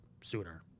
sooner